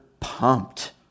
pumped